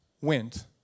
went